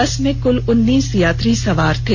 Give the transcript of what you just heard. बस में कल उन्नीस यात्री सवार थे